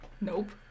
nope